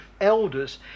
elders